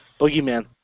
Boogeyman